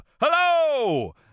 Hello